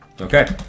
Okay